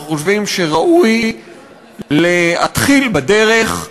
אנחנו חושבים שראוי להתחיל בדרך,